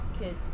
kids